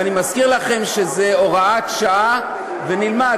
ואני מזכיר לכם שזו הוראת שעה, ונלמד.